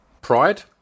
pride